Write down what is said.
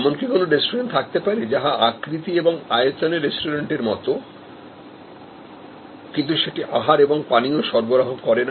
এমন কি কোন রেস্টুরেন্ট থাকতে পারেযা আকৃতি এবং আয়তনে রেস্টুরেন্টের মত কিন্তু সেটি আহার এবং পানীয় সরবরাহ করে না